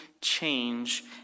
change